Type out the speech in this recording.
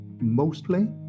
Mostly